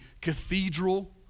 cathedral